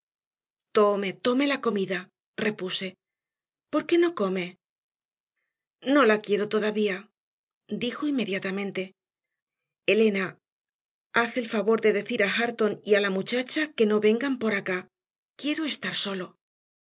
tome tome la comida repuse por qué no come no la quiero todavía dijo inmediatamente elena haz el favor de decir a hareton y a la muchacha que no vengan por acá quiero estar solo